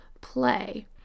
play